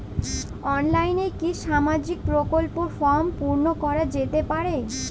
অনলাইনে কি সামাজিক প্রকল্পর ফর্ম পূর্ন করা যেতে পারে?